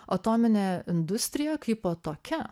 atominė industrija kaipo tokia